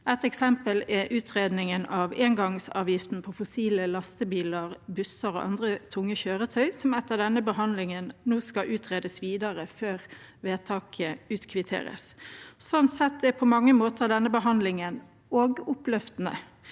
Et eksempel er utredningen av engangsavgiften på fossile lastebiler, busser og andre tunge kjøretøy, som etter denne behandlingen nå skal utredes videre før vedtaket kvitteres ut. Sånn sett er på mange måter denne behandlingen også oppløftende,